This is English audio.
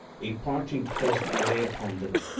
a parching thirst lay upon them,